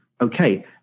Okay